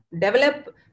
develop